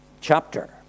chapter